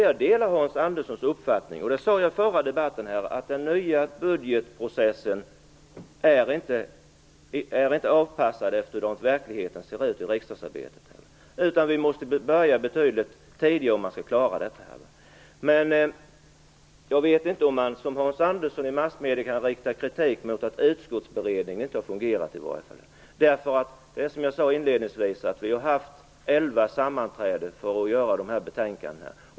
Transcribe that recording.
Jag delar Hans Andersson uppfattning, och det sade jag i den förra debatten, att den nya budgetprocessen inte är avpassad efter hur verkligheten ser ut i riksdagsarbetet, utan vi måste börja betydligt tidigare om man skall kunna klara av detta. Men jag vet inte om man som Hans Andersson i massmedierna kan rikta kritik mot att utskottsberedningen inte har fungerat. Som jag sade inledningsvis har utskottet haft elva sammanträden för att göra dessa betänkanden.